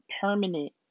permanent